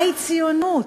מהי ציונות.